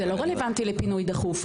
זה לא רלוונטי לפינוי דחוף.